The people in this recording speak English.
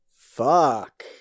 Fuck